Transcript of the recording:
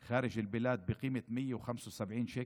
שנמצא בחוץ לארץ שילם עד עכשיו 175 שקל,